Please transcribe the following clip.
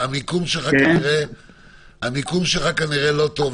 המיקום שלך כנראה לא טוב,